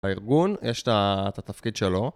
הארגון יש את התפקיד שלו